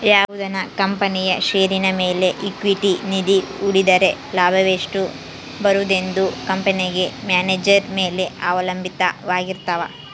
ಯಾವುದನ ಕಂಪನಿಯ ಷೇರಿನ ಮೇಲೆ ಈಕ್ವಿಟಿ ನಿಧಿ ಹೂಡಿದ್ದರೆ ಲಾಭವೆಷ್ಟು ಬರುವುದೆಂದು ಕಂಪೆನೆಗ ಮ್ಯಾನೇಜರ್ ಮೇಲೆ ಅವಲಂಭಿತವಾರಗಿರ್ತವ